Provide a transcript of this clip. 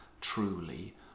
truly